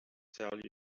tell